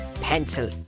pencil